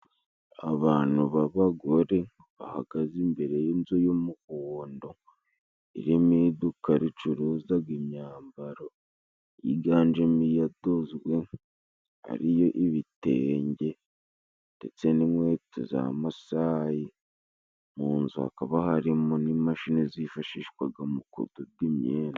Abantu b'abagore bahagaze imbere y'inzu y'umuhondo irimo iduka ricuruzaga imyambaro yiganjemo iyadozwe ariyo ibitenge ndetse n'inkweto za masayi, mu nzu hakaba harimo n'imashini zifashishwaga mu kudoda imyenda.